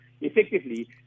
effectively